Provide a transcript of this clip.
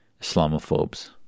Islamophobes